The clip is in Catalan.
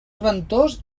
ventós